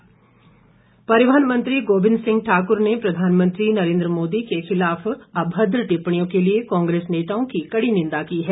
गोबिंद ठाकुर परिवहन मंत्री गोबिंद सिंह ठाकुर ने प्रधानमंत्री नरेंद्र मोदी के खिलाफ अभद्र टिप्पणियों के लिए कांग्रेस नेताओं की कड़ी निंदा की है